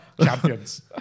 champions